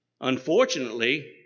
Unfortunately